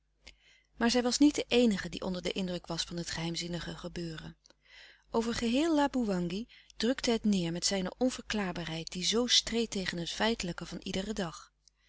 maar zij was niet de eenige die onder den indruk was van het geheimzinnige gebeuren over geheel laboewangi drukte het neêr met zijne onverklaarbaarheid die zoo streed tegen het feitelijke van iederen dag